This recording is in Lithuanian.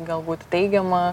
galbūt teigiama